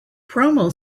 promo